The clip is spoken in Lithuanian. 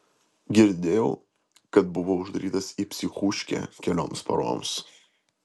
girdėjau kad buvo uždarytas į psichūškę kelioms paroms